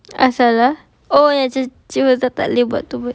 apa masalah oh yang tu she will cakap lebar tu